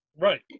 right